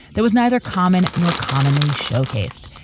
there was neither common nor commonly showcased,